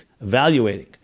evaluating